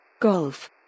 Golf